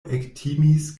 ektimis